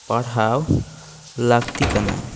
ᱯᱟᱲᱦᱟᱣ ᱞᱟᱹᱠᱛᱤ ᱠᱟᱱᱟ